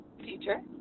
teacher